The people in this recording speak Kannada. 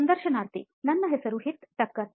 ಸಂದರ್ಶನಾರ್ಥಿ ನನ್ನ ಹೆಸರು ಹೀತ ಠಕ್ಕರ್